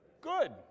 good